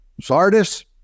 Sardis